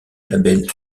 label